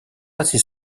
assez